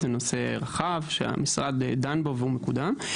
זה נושא רחב שהמשרד דן בו ומקודם.